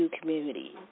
community